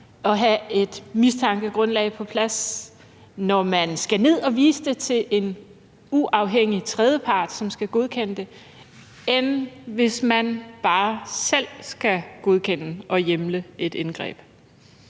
at have et mistankegrundlag på plads, når man skal ned og vise det til en uafhængig tredjepart, som skal godkende det, end man gør, hvis man bare selv skal godkende og hjemle et indgreb.